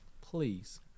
Please